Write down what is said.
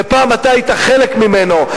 שפעם אתה היית חלק ממנו,